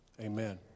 Amen